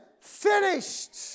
finished